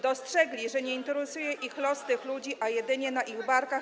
Dostrzegli, że nie interesuje ich los tych ludzi, a jedynie na ich barkach.